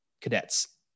cadets